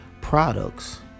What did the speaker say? products